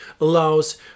allows